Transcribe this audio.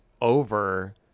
over